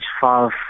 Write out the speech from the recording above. five